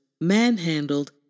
manhandled